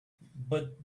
but